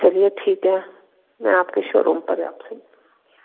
चलिए ठीक है मैं आपके शोरूम पर आपसे